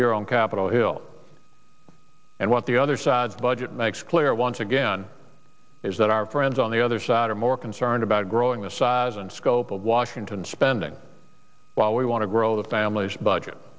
year on capitol hill and what the other side's budget clear once again is that our friends on the other side are more concerned about growing the size and scope of washington spending while we want to grow the family's budget